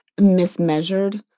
mismeasured